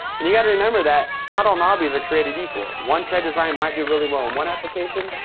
and you gotta remember that not all knobbies are created equal. one tread design might do really well on one application,